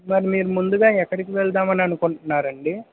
మరి మీరు ముందుగా ఎక్కడకి వెళ్దామని అనుకుంటున్నారండి